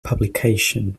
publication